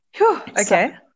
Okay